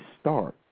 start